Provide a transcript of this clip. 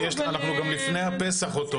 אנחנו גם לפני הפסח אוטוטו.